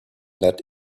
that